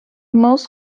most